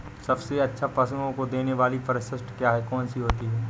सबसे अच्छा पशुओं को देने वाली परिशिष्ट क्या है? कौन सी होती है?